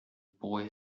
boy